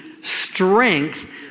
strength